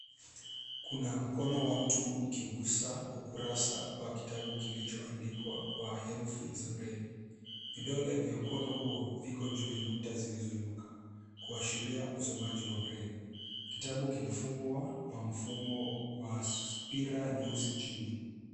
Kuna mkono wa mtu ukigusa ukurasa wa kitabu kilicho andikwa kwa herufi za breli. Vidole vya mkono huo viko juu ya nukta zilizo inuka kuashiria usomaji wa breli. Kitabu kimefungwa kwa mfumo wa mpira nyeusi chini.